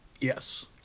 yes